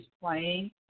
playing